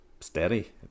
steady